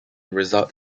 result